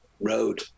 road